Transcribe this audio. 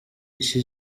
iki